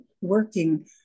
working